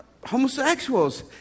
Homosexuals